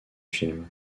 film